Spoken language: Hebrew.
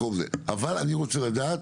אבל, אני רוצה לדעת